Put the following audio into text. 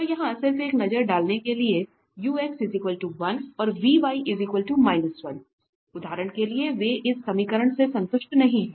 तो यहाँ सिर्फ एक नज़र डालने के लिए और उदाहरण के लिए वे इस समीकरण से संतुष्ट नहीं हैं